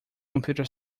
computer